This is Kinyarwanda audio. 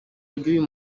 ry’uyu